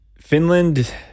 Finland